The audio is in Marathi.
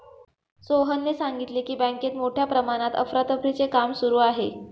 सोहनने सांगितले की, बँकेत मोठ्या प्रमाणात अफरातफरीचे काम सुरू आहे